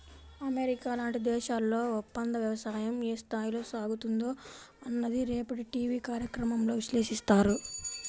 America లాంటి దేశాల్లో ఒప్పందవ్యవసాయం ఏ స్థాయిలో సాగుతుందో అన్నది రేపటి టీవీ కార్యక్రమంలో విశ్లేషిస్తారు